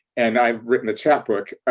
and i've written a chapbook.